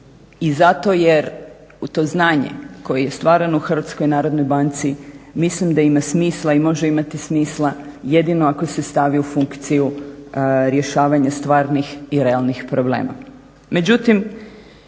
i zato jer u to znanje koje je stvarno u HNB, mislim da imam smisla i može imati smisla jedino ako se stavi u funkciju rješavanja stvarnih i realnih problema.